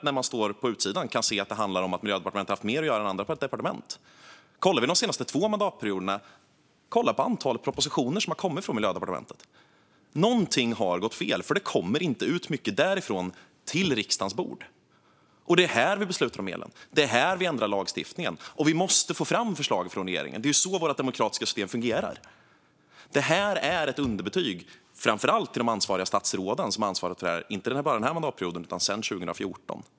Jag tror inte heller att Miljödepartementet har haft mer att göra än andra departement. De senaste två mandatperioderna har någonting gått fel, för det har knappt kommit några propositioner från Miljödepartementet till riksdagen. Men det är här vi beslutar om medlen och ändrar lagstiftningen, och för att kunna göra det måste vi få förslag från regeringen. Det är så vårt demokratiska system fungerar. Det här är ett underbetyg till de ansvariga statsråden sedan 2014.